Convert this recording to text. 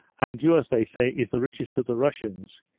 and yours they say is the richest of the russians.